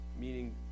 Meaning